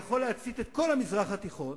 יכול להצית את כל המזרח התיכון,